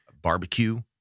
barbecue